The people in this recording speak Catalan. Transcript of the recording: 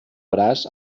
braç